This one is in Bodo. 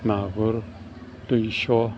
मागुर दुइस'